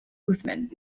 uthman